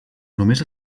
només